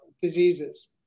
diseases